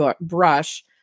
brush